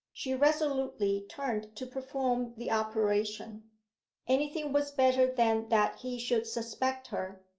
she resolutely turned to perform the operation anything was better than that he should suspect her.